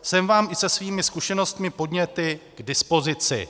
Jsem vám i se svými zkušenostmi, podněty k dispozici.